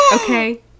okay